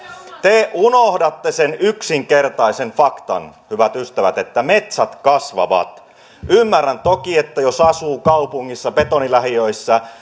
te unohdatte sen yksinkertaisen faktan hyvät ystävät että metsät kasvavat ymmärrän toki että jos asuu kaupungissa betonilähiössä